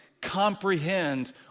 comprehend